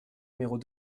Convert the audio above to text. numéros